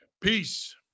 Peace